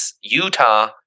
Utah